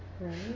Right